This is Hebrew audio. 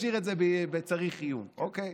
בוא נשאיר את זה בצריך עיון, אוקיי?